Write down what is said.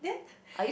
then